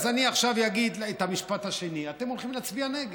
אז אני עכשיו אגיד את המשפט השני: אתם הולכים להצביע נגד.